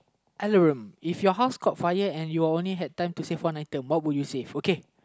if your house caught fire and you only have time to save one item what would you save okay